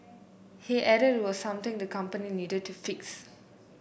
he added it was something the company needed to fix